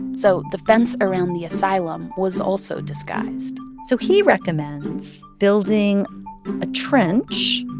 so the fence around the asylum was also disguised so he recommends building a trench,